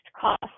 cost